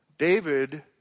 David